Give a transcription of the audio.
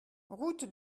route